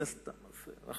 ולא